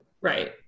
right